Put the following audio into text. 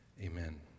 Amen